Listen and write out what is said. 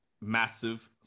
massive